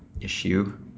issue